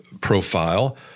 profile